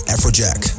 Afrojack